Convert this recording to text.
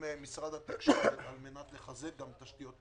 משרד התקשורת כדי לחזק תשתיות תקשורת,